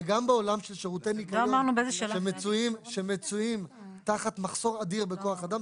וגם בעולם של שירותי ניקיון שמצויים תחת מחסור אדיר בכוח אדם,